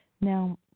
Now